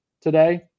today